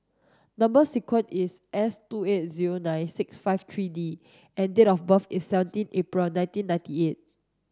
number sequence is S two eight zero nine six five three D and date of birth is seventeen April nineteen ninety eight